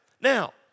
Now